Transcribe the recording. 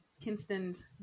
Kinston's